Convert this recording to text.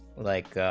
like,